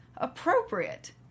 appropriate